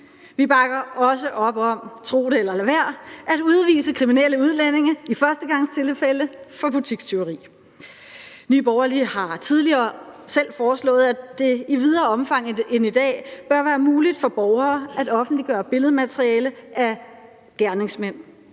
det eller lad være – at udvise kriminelle udlændinge i førstegangstilfælde for butikstyveri. Nye Borgerlige har tidligere selv foreslået, at det i videre omfang end i dag bør være muligt for borgere at offentliggøre billedmateriale af gerningsmænd.